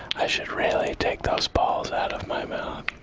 i should really take those balls out of my mouth.